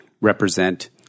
represent